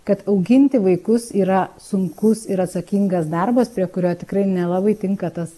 kad auginti vaikus yra sunkus ir atsakingas darbas prie kurio tikrai nelabai tinka tas